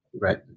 right